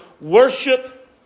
Worship